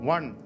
One